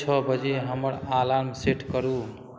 छह बजे हमर अलार्म सेट करू